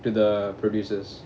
to the producers